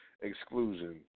exclusion